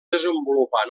desenvolupar